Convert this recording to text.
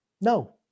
No